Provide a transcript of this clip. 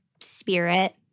spirit